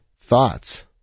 thoughts